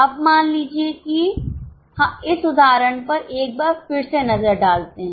अब मान लीजिए कि इस उदाहरण पर एक बार फिर से नज़र डालते हैं